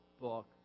book